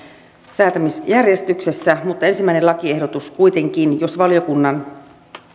säätämisjärjestyksessä mutta ensimmäinen lakiehdotus kuitenkin vain jos valiokunnan